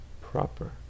proper